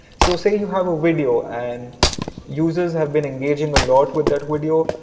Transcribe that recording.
so say you have a video and users have been engaging a lot with that video.